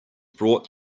brought